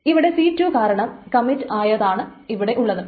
ഇവിടെ c2 കാരണം commit ആയതാണ് ഇവിടെയുള്ളത്